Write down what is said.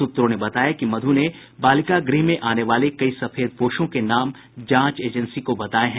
सूत्रों ने बताया कि मधु ने बालिका गृह में आने वाले कई सफेदपोशों के नाम जांच एजेंसी को बताये हैं